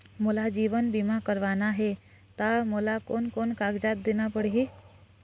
मोला जीवन बीमा करवाना हे ता मोला कोन कोन कागजात देना पड़ही?